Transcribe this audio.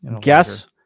Guess